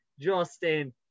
Justin